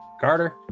Carter